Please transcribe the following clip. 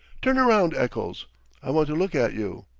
turn round, eccles i want a look at you.